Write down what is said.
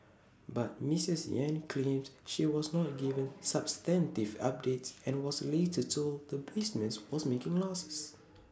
but miss Yen claims she was not given substantive updates and was later told the business was making losses